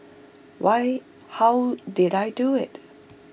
why how did I do IT